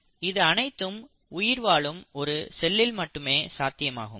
இது அனைத்தும் உயிர்வாழும் ஒரு செல்லில் மட்டுமே சாத்தியமாகும்